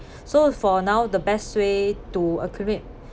so for now the best way to accumulate